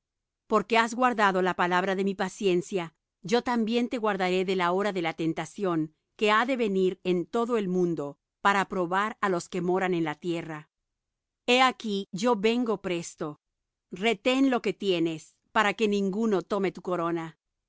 porque has guardado la palabra de mi paciencia yo también te guardaré de la hora de la tentación que ha de venir en todo el mundo para probar á los que moran en la tierra he aquí yo vengo presto retén lo que tienes para que ninguno tome tu corona